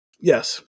Yes